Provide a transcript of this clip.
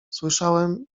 słyszałem